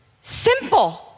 simple